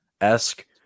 esque